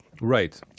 Right